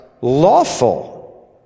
lawful